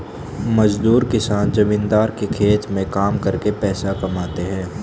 मजदूर किसान जमींदार के खेत में काम करके पैसा कमाते है